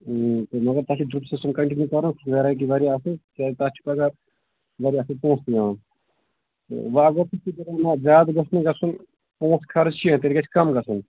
تہٕ مگر تَتھ چھِ ڈٕرپٕس آسان کنٹِنِوٗ کَرُن سُہ چھُ ورایٹی وارِیاہ آصٕل کیٛازِ تَتھ چھِ پگاہ وارِیاہ آصٕل پونٛسہٕ تہِ پونٛسہٕ تہِ یِوان زیادٕ گوٚژھ نہ گَژھُن پونٛسہٕ خرچ کیٚنٛہہ تیٚلہِ گَژھِ کَم گَژھُن